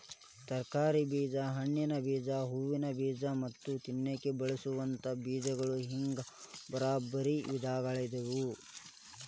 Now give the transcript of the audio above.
ತರಕಾರಿ ಬೇಜ, ಹಣ್ಣಿನ ಬೇಜ, ಹೂವಿನ ಬೇಜ ಮತ್ತ ತಿನ್ನಾಕ ಬಳಸೋವಂತ ಬೇಜಗಳು ಹಿಂಗ್ ಬ್ಯಾರ್ಬ್ಯಾರೇ ವಿಧಗಳಾದವ